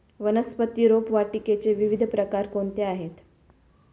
वनस्पती रोपवाटिकेचे विविध प्रकार कोणते आहेत?